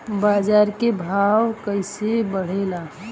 बाजार के भाव कैसे बढ़े ला?